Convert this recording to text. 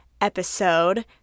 episode